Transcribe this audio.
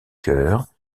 cœur